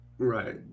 Right